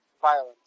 violence